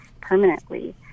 permanently